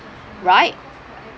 right